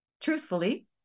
Truthfully